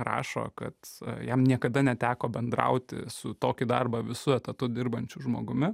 rašo kad jam niekada neteko bendrauti su tokį darbą visu etatu dirbančiu žmogumi